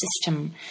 system